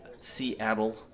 Seattle